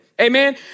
Amen